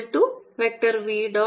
FqvBPv